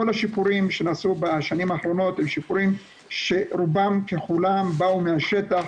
כל השיפורים שנעשו בשנים האחרונות הם שיפורים שרובם ככולם באו מהשטח,